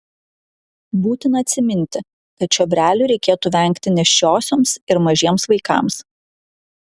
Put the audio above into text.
būtina atsiminti kad čiobrelių reikėtų vengti nėščiosioms ir mažiems vaikams